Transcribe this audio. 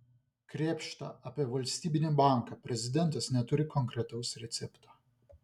krėpšta apie valstybinį banką prezidentas neturi konkretaus recepto